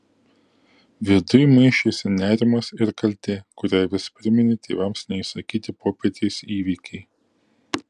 viduj maišėsi nerimas ir kaltė kurią vis priminė tėvams neišsakyti popietės įvykiai